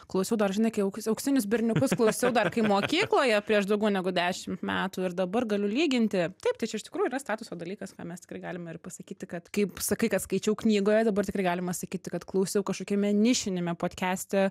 klausiau dar žinai kai auk auksinius berniukus klausiau dar kai mokykloje prieš daugiau negu dešimt metų ir dabar galiu lyginti taip tai čia iš tikrųjų yra statuso dalykas ką mes tikrai galime ir pasakyti kad kaip sakai kad skaičiau knygoje dabar tikrai galima sakyti kad klausiau kažkokiame nišiniame podkeste